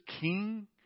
king